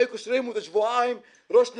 שהיו קושרים אותו שבועיים ראש למטה,